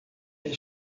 ele